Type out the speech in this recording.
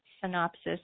synopsis